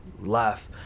laugh